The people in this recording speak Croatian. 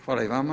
Hvala i vama.